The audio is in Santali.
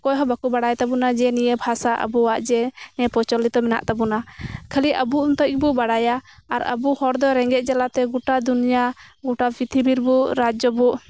ᱚᱠᱚᱭ ᱦᱚᱸ ᱵᱟᱠᱚ ᱵᱟᱲᱟᱭ ᱛᱟᱵᱚᱱᱟ ᱡᱮ ᱱᱤᱭᱟᱹ ᱵᱷᱟᱥᱟ ᱟᱵᱚᱣᱟᱜ ᱡᱮ ᱱᱤᱭᱟᱹ ᱯᱨᱚᱪᱚᱞᱤᱛᱚ ᱢᱮᱱᱟᱜ ᱛᱟᱵᱚᱱᱟ ᱠᱷᱟᱞᱤ ᱟᱵᱚ ᱮᱱᱛᱮᱡ ᱜᱮᱵᱚ ᱵᱟᱲᱟᱭᱟ ᱟᱨ ᱟᱵᱚ ᱦᱚᱲ ᱫᱚ ᱨᱮᱸᱜᱮᱡ ᱡᱟᱞᱟᱛᱮ ᱜᱚᱴᱟ ᱫᱩᱱᱤᱭᱟ ᱜᱚᱴᱟ ᱯᱨᱤᱛᱷᱤᱵᱤ ᱨᱮᱵᱚ ᱨᱟᱡᱽᱡᱚ ᱵᱚ